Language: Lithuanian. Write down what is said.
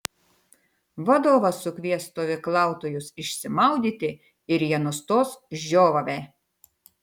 vadovas sukvies stovyklautojus išsimaudyti ir jie nustos žiovavę